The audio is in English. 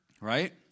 right